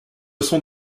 sont